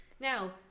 Now